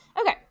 Okay